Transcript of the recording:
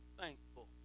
thankful